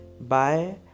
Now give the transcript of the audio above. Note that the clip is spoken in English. bye